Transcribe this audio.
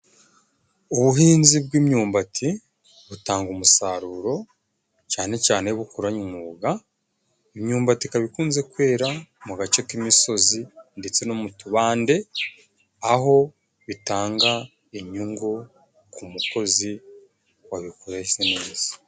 Ubuhinzi bw'imyumbati butanga umusaruro cane cane iyo bukoranye umwuga, imyumbati ikaba ikunze kwera mu gace k'imisozi ndetse no mu tubande aho bitanga inyungu ku mukozi wabikorese neza.